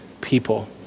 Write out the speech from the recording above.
people